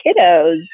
kiddos